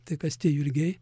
tai kas tie jurgiai